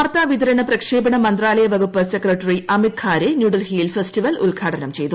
വാർത്താവിതരണ പ്രക്ഷേപണിച്ചു മന്ത്രാലയ വകുപ്പ് സെക്രട്ടറി അമിത് ഖാരെ ന്യൂഡൽഹ്റിയിൽ ഫെസ്റ്റിവൽ ഉത്ഘാടനം ചെയ്തു